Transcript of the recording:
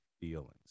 feelings